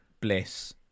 Bliss